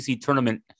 tournament